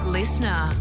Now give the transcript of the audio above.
listener